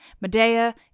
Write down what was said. Medea